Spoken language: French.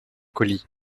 colis